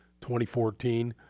2014